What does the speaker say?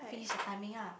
finish the timing ah